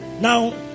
Now